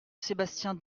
sébastien